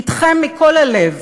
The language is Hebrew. אתכם מכל הלב,